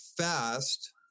fast